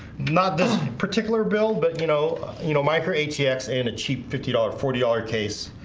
not this particular bill, but you know you know micro atx and a cheap fifty dollars forty case.